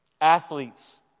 Athletes